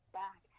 back